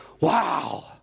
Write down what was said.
Wow